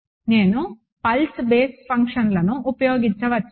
నేను pulse base ఫంక్షన్లను ఉపయోగించవచ్చా